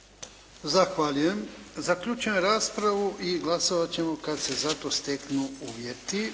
Zahvaljujem. Zaključujem raspravu. Glasovat ćemo kad se za to steknu uvjeti.